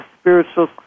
spiritual